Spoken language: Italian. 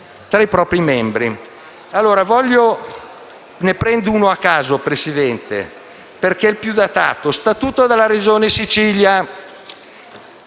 tra i propri membri.